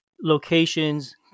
locations